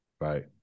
Right